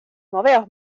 moveos